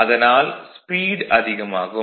அதனால் ஸ்பீட் அதிகமாகும்